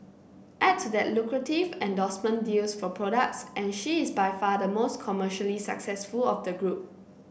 add to that lucrative endorsement deals for products and she is by far the most commercially successful of the group